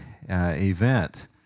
event